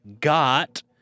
got